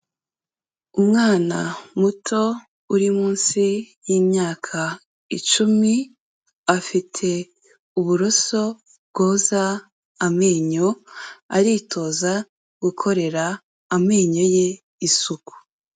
Umwana muto uri munsi y'imyaka icumi, afite uburoso bwoza amenyo aritoza gukorera amenyo ye isuku.